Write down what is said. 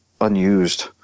unused